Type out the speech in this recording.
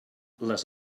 les